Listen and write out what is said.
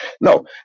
No